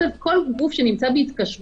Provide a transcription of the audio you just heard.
לימדו בבית ספר למשפטים שמה שלא כתוב לא קיים.